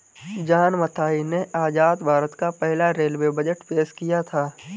John Mathai ने आजाद भारत का पहला रेलवे बजट पेश किया था